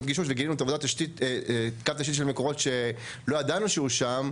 גישוש וגילינו קו תשתית של "מקורות" שלא ידענו שהוא שם,